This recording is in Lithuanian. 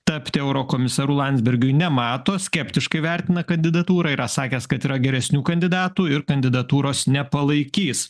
tapti eurokomisaru landsbergiui nemato skeptiškai vertina kandidatūrą yra sakęs kad yra geresnių kandidatų ir kandidatūros nepalaikys